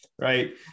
right